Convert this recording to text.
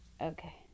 Okay